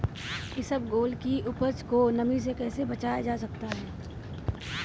इसबगोल की उपज को नमी से कैसे बचाया जा सकता है?